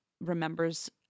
remembers